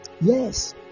Yes